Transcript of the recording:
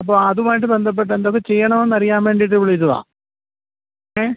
അപ്പോൾഅതുമായിട്ട് ബന്ധപ്പെട്ട് എന്തൊക്കെ ചെയ്യണമെന്ന് അറിയാൻ വേണ്ടിയിട്ട് വിളിച്ചതാ ഏ